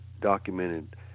documented